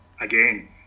again